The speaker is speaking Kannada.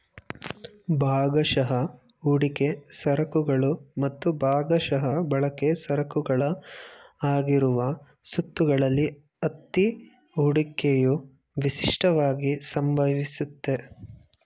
ಭಾಗಶಃ ಹೂಡಿಕೆ ಸರಕುಗಳು ಮತ್ತು ಭಾಗಶಃ ಬಳಕೆ ಸರಕುಗಳ ಆಗಿರುವ ಸುತ್ತುಗಳಲ್ಲಿ ಅತ್ತಿ ಹೂಡಿಕೆಯು ವಿಶಿಷ್ಟವಾಗಿ ಸಂಭವಿಸುತ್ತೆ